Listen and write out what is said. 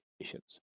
patients